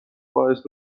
باعث